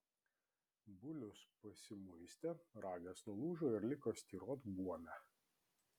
bulius pasimuistė ragas nulūžo ir liko styrot buome